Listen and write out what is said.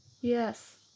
Yes